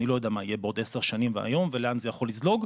אני לא יודע מה יהיה בעוד עשר שנים מהיום ולאן זה יכול לזלוג?